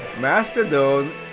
Mastodon